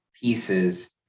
pieces